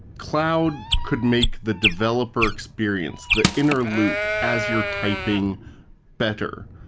cloud could make the developer experience, the inner loop, as you're typing better.